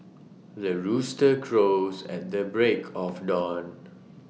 the rooster crows at the break of dawn